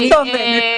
זו הכתובת.